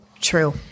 True